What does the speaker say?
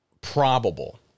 probable